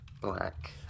black